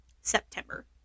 September